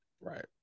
Right